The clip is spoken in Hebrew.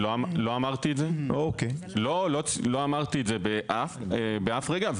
לא אמרתי את זה באף רגע.